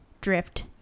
drift